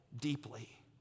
deeply